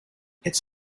it’s